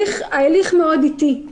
ההליך מאוד איטי.